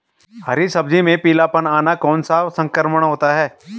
हरी सब्जी में पीलापन आना कौन सा संक्रमण होता है?